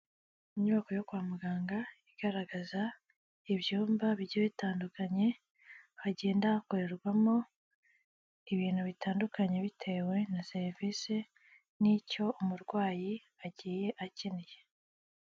inyubako yo kwa muganga igaragaza ibyumba bigiye bitandukanye, hagenda hakorerwamo ibintu bitandukanye bitewe na serivisi n'icyo umurwayi agiye akeneye.